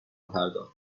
پرداخت